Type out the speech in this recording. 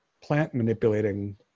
plant-manipulating